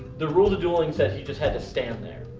the rules of dueling says you just had to stand there.